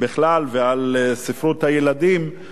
ועל ספרות הילדים בפרט,